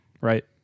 right